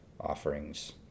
offerings